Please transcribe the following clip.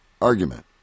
Argument